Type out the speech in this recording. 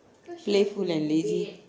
playful and lazy because yes ya